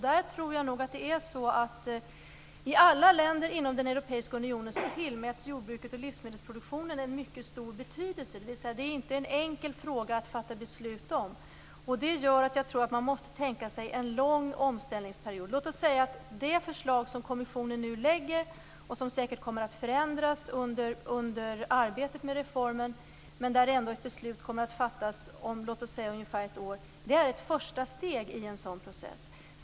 Jag tror att jordbruket och livsmedelsproduktionen tillmäts en mycket stor betydelse i alla länder inom den europeiska unionen, och det är alltså inte någon enkel fråga att fatta beslut om. Därför tror jag att man måste tänka sig en lång omställningsperiod. Låt oss se det förslag som kommissionen nu lägger fram - som säkert kommer att förändras under arbetet med reformen men som ändå kommer att leda till att ett beslut fattas om låt oss säga ungefär ett år - som ett första steg i en sådan process.